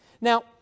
Now